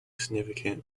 significant